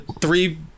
three